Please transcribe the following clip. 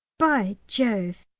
by jove,